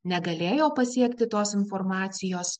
negalėjo pasiekti tos informacijos